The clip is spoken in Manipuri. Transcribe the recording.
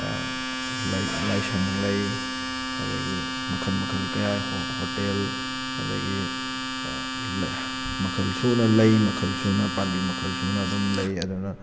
ꯂꯥꯏꯁꯪ ꯂꯩ ꯑꯗꯒꯤ ꯃꯈꯜ ꯃꯈꯜ ꯀꯌꯥꯒꯤ ꯍꯣꯇꯦꯜ ꯑꯗꯒꯤ ꯃꯈꯜ ꯁꯨꯅ ꯂꯩ ꯃꯈꯜ ꯁꯨꯅ ꯄꯥꯝꯕꯤ ꯃꯈꯜ ꯁꯨꯅ ꯑꯗꯨꯝ ꯂꯩ ꯑꯗꯨꯅ